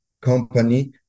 company